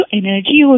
energy